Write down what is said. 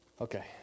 Okay